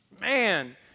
man